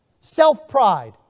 self-pride